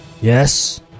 Yes